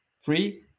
free